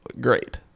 great